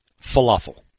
falafel